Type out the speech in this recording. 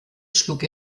schlug